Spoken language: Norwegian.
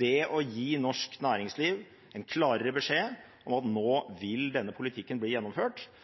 Det å gi norsk næringsliv en klarere beskjed om at nå vil denne politikken bli gjennomført,